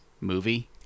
movie